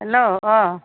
hello অঁ